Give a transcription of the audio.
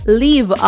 leave